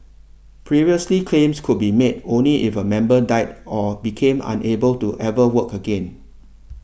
previously claims could be made only if a member died or became unable to ever work again